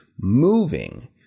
Moving